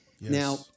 now